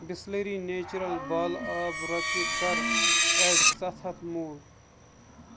Bisleri natural بال آب رۄپیہِ کَر ایڈ سَتھ ہَتھ موٗل